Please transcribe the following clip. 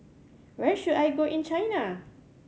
where should I go in China